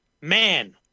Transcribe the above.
man